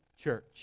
church